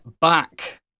back